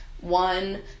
one